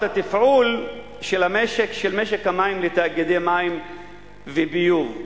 התפעול של משק המים לתאגידי מים וביוב.